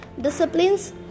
disciplines